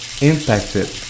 impacted